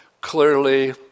clearly